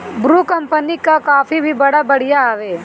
Bru company कअ coffee भी बड़ा बढ़िया हवे